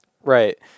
Right